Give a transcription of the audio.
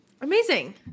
Amazing